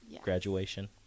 graduation